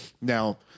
Now